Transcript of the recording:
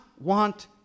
want